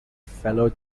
fellow